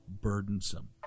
burdensome